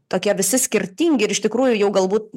tokie visi skirtingi ir iš tikrųjų jau galbūt